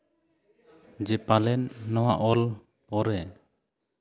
ᱡᱮ ᱯᱟᱞᱮᱱ ᱱᱚᱣᱟ ᱚᱞ ᱯᱚᱨᱮ